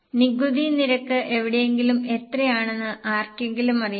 നികുതി നിരക്ക് എവിടെയെങ്കിലും എത്രയാണെന്ന് ആർക്കെങ്കിലും അറിയാമോ